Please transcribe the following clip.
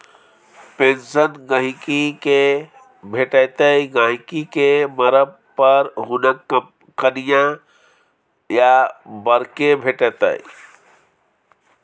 pension गहिंकी केँ भेटतै गहिंकी केँ मरब पर हुनक कनियाँ या बर केँ भेटतै